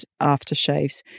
aftershaves